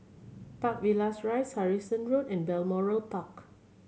Park Villas Rise Harrison Road and Balmoral Park